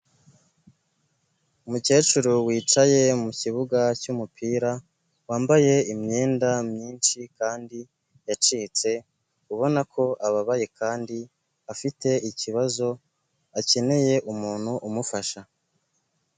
Umukecuru wicaye mukibuga cy'umupira wambaye imyenda myinshi kandi yacitse, ubona ko ababaye kandi afite ikibazo, akeneye umuntu umufasha.